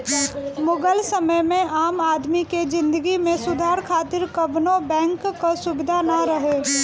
मुगल समय में आम आदमी के जिंदगी में सुधार खातिर कवनो बैंक कअ सुबिधा ना रहे